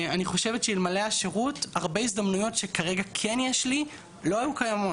אני חושבת שאלמלא השירות הרבה הזדמנויות שכרגע כן יש לי לא היו קיימות.